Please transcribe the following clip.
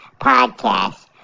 podcast